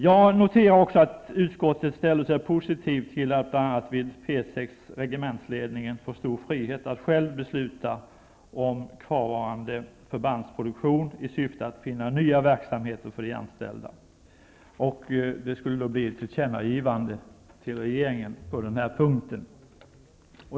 Jag noterar också att utskottet ställer sig positivt till att regementsledningen, bl.a. vid P 6, får stor frihet att själv besluta om kvarvarande förbandsproduktion i syfte att finna nya verksamheter för de anställda. Det skulle då bli ett tillkännagivande till regeringen på den punkten.